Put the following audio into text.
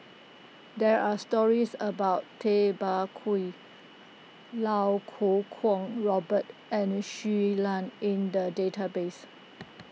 there are stories about Tay Bak Koi Iau Kuo Kwong Robert and Shui Lan in the database